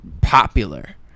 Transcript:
popular